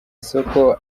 isoko